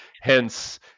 hence